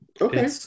Okay